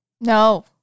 No